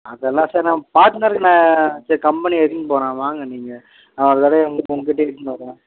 அதெல்லாம் சார் நான் பார்த்துன்னுதான் இருக்கேனே சரி கம்பெனி இட்டுனு போகிறேன் வாங்க நீங்கள் உங்கக்கிட்டயே எடுத்துன்னு வர்றேன்